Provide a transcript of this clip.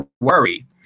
worry